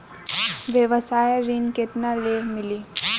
व्यवसाय ऋण केतना ले मिली?